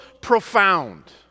profound